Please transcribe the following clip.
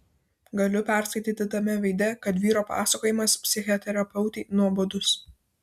galiu perskaityti tame veide kad vyro pasakojimas psichoterapeutei nuobodus